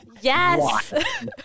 Yes